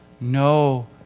no